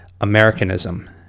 Americanism